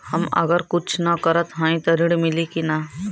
हम अगर कुछ न करत हई त ऋण मिली कि ना?